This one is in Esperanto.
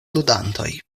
ludantoj